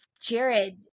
Jared